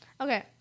Okay